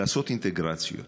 לעשות אינטגרציות.